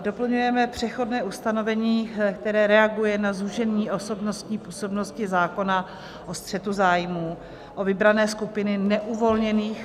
Doplňujeme přechodné ustanovení, které reaguje na zúžení osobní působnosti zákona o střetu zájmů o vybrané skupiny neuvolněných volených